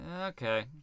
Okay